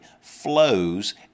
flows